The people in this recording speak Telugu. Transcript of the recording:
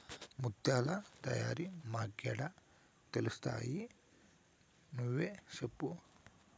ముత్యాల తయారీ మాకేడ తెలుస్తయి నువ్వే సెప్పు